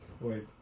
wait